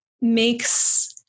makes